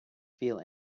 feel